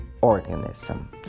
organism